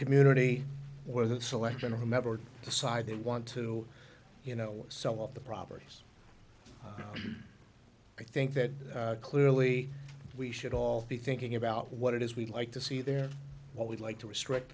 community where the selection or whomever decide they want to you know some of the properties i think that clearly we should all be thinking about what it is we'd like to see there what we'd like to restrict